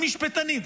עם משפטנים,